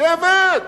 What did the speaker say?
זה עבד.